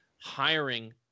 hiring